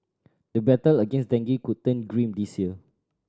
the battle against dengue could turn grim this year